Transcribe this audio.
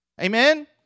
Amen